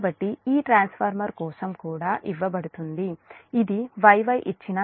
కాబట్టి ఈ ట్రాన్స్ఫార్మర్ కోసం కూడా ఇవ్వబడుతుంది ఇది Y Y ఇచ్చిన 0